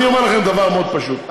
אני אומר לכם דבר מאוד פשוט,